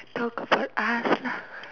talk about us lah